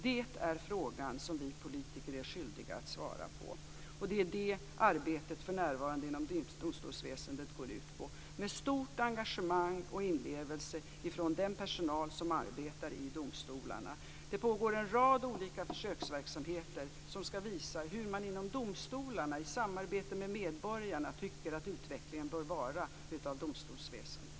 Det är frågan som vi politiker är skyldiga att svara på. Det är det arbetet inom domstolsväsendet går ut på för närvarande, med stort engagemang och inlevelse från den personal som arbetar i domstolarna. Det pågår en rad olika försöksverksamheter som skall visa hur man inom domstolarna i samarbete med medborgarna tycker att utvecklingen bör vara av domstolsväsendet.